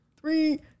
three